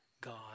god